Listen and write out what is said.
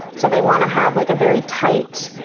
so they wanna have like a very tight,